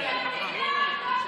זאת הבעיה.